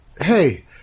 hey